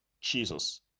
jesus